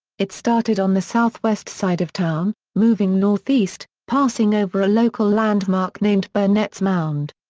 it started on the southwest side of town, moving northeast, passing over a local landmark named burnett's mound.